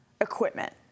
equipment